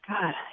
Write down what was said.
God